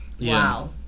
Wow